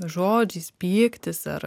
žodžiais pyktis ar